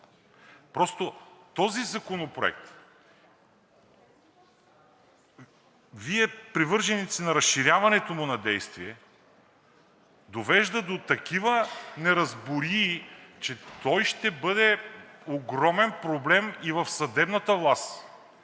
Просто този законопроект, Вие, привърженици на разширяването му на действие, довежда до такива неразбории, че той ще бъде огромен проблем и в съдебната власт,